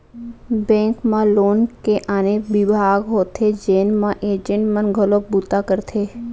bank म loan के आने बिभाग होथे जेन म एजेंट मन घलोक बूता करथे